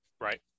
right